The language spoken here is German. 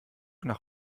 nach